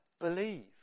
believe